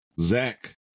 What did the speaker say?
Zach